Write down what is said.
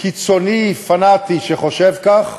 קיצוני פנאטי שחושב כך,